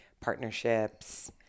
partnerships